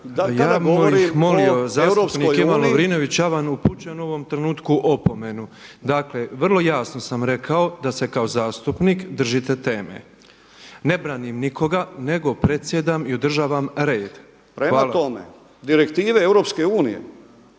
Ja bih molio zastupnik Ivan Lovrinović ja vam upućujem u ovom trenutku opomenu. Dakle, vrlo jasno sam rekao da se kao zastupnik držite teme. Ne branim nikoga, nego predsjedam i održavam red. Hvala. **Lovrinović, Ivan (Promijenimo